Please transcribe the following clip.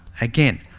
again